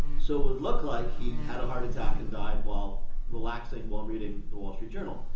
so it would look like he had a heart attack and died while relaxing while reading the wall street journal.